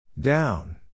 down